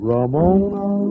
Ramona